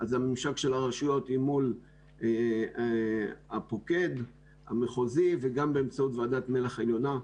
הממשק של הרשויות הוא מול הפוקד המחוזי וגם באמצעות ועדת מל"ח עליונה,